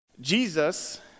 Jesus